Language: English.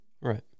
Right